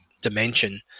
dimension